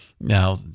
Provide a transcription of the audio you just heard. now